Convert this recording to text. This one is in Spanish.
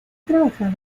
trabajado